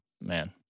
man